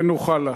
ונוכל לה.